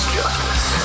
justice